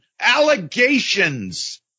allegations